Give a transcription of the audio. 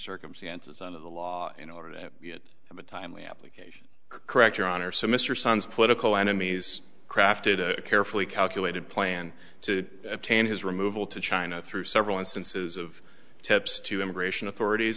circumstances under the law in order to have a timely application correct your honor so mr son's political enemies crafted a carefully calculated plan to obtain his removal to china through several instances of tips to immigration authorities